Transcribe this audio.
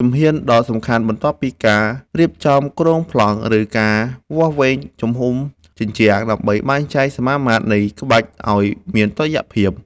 ជំហានដ៏សំខាន់បន្ទាប់គឺការរៀបចំគ្រោងប្លង់ ឬការវាស់វែងទំហំជញ្ជាំង ដើម្បីបែងចែកសមាមាត្រនៃក្បាច់ឱ្យមានតុល្យភាព។